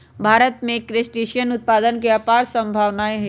भारत में क्रस्टेशियन उत्पादन के अपार सम्भावनाएँ हई